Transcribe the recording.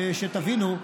שתבינו.